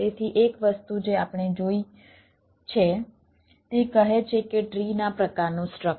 તેથી એક વસ્તુ જે આપણે જોઈ છે તે કહે છે કે ટ્રીના પ્રકારનું સ્ટ્રક્ચર